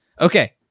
Okay